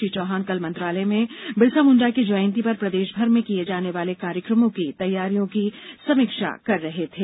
श्री चौहान कल मंत्रालय में बिरसा मुंडा की जयंती पर प्रदेश भर में किए जाने वाले कार्यक्रमों की तैयारियों की समीक्षा कर रहे थे